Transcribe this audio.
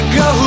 go